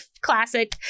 classic